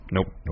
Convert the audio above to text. Nope